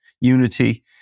unity